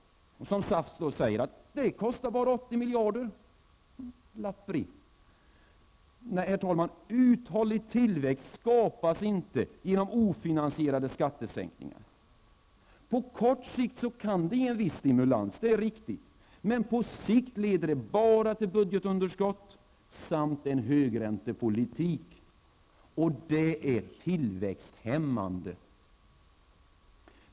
Som SAF säger, kostar det bara ca 80 miljarder -- det är lappri. Nej, herr talman, uthållig tillväxt skapas inte genom ofinansierade skattesänkningar. På kort sikt kan de ge en viss stimulans, men på lång sikt leder de bara till budgetunderskott samt en högräntepolitik, och det är tillväxthämmande.